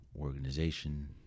organization